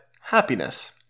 happiness